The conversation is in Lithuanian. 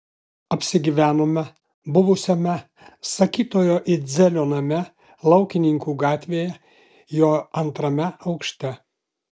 apsigyvenome buvusiame sakytojo idzelio name laukininkų gatvėje jo antrame aukšte